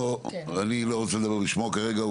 אני לא רוצה לדבר בשמו כרגע,